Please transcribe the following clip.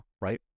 right